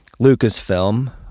Lucasfilm